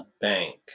bank